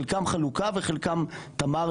חלקם חלוקה וחלקם תמר,